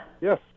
Yes